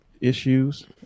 issues